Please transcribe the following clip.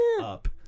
up